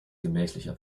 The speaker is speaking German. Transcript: gemächlicher